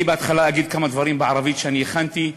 בהתחלה אגיד כמה דברים בערבית שאני הכנתי,